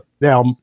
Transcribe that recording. Now